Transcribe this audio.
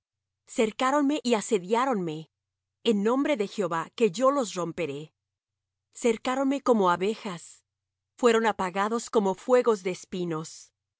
cercáronme y asediáronme en nombre de jehová que yo los romperé cercáronme como abejas fueron apagados como fuegos de espinos